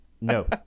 No